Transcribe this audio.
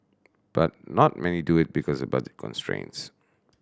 but not many do it because of budget constraints